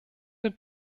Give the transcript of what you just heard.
der